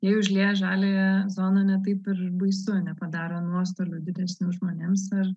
ji užlieja žaliąją zoną ne taip ir baisu nepadaro nuostolių didesnių žmonėms ar